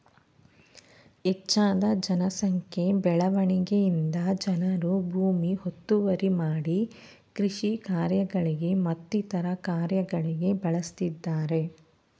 ಹೆಚ್ಜದ ಜನ ಸಂಖ್ಯೆ ಬೆಳವಣಿಗೆಯಿಂದ ಜನರು ಭೂಮಿ ಒತ್ತುವರಿ ಮಾಡಿ ಕೃಷಿ ಕಾರ್ಯಗಳಿಗೆ ಮತ್ತಿತರ ಕಾರ್ಯಗಳಿಗೆ ಬಳಸ್ತಿದ್ದರೆ